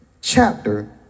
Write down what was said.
chapter